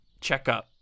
checkup